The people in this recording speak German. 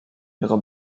ihre